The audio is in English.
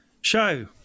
Show